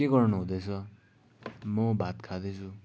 के गर्नुहुँदैछ म भात खाँदैछु